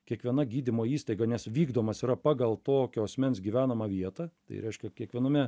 kiekviena gydymo įstaiga nes vykdomas yra pagal tokio asmens gyvenamą vietą tai reiškia kiekviename